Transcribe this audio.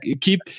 Keep